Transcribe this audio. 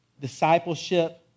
discipleship